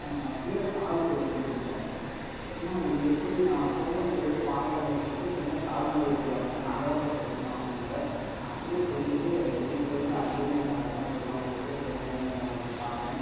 கீழே கால் செதுக்கியிருந்தாங்க அண்ணா இது எப்படின்னா போகும்போது வெறும் பாறையால் இருந்துச்சி இப்போ என்ன கால் மாதிரி இருக்குது அப்புடின்னேன் நாங்கதான்ப்பா செதுக்கினோம் அப்புடின்னாங்க நான் அப்படியே சொல்லிட்டு வீட்டுலேருந்து அடிக்கடி வந்து அங்கே உக்காந்துக்கிறோம் அவங்க எப்படிதான் செய்கிறாங்கன்னு வந்து பார்ப்பேன்